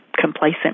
complacent